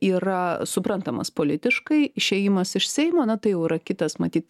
yra suprantamas politiškai išėjimas iš seimo na tai jau yra kitas matyt tai